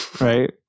Right